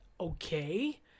okay